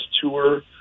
tour